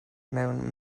mewn